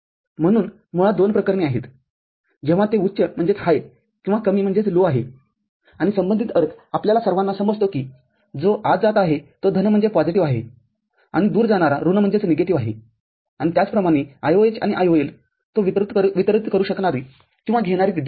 म्हणून मुळात दोन प्रकरणे आहेत जेव्हा ते उच्चकिंवा कमीआहे आणि संबंधित अर्थ आपल्या सर्वांना समजतो की जो आत जात आहे तो धन आहे आणि दूर जाणार ऋण आहे आणि त्याचप्रमाणे IOH आणि IOL तो वितरीत करू शकणारी किंवा घेणारी विद्युतधारा